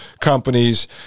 companies